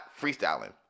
freestyling